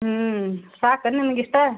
ಹ್ಞೂ ಸಾಕೇನ್ ನಿನ್ಗೆ ಇಷ್ಟು